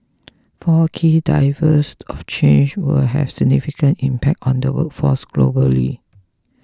four key drivers of change will have significant impact on the workforce globally